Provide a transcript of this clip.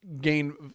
gain –